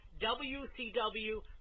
WCW